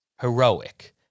heroic